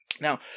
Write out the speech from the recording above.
Now